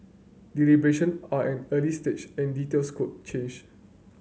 deliberation are an early stage and details could change